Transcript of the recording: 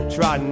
Try